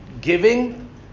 giving